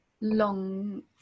long